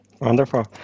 Wonderful